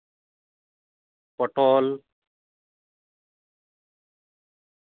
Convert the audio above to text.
ᱯᱚᱴᱚᱞ